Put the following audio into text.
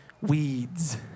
weeds